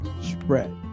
spread